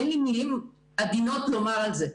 אין לי מילים עדינות לומר את זה.